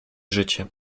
życie